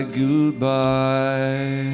goodbye